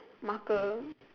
marker